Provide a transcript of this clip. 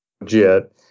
legit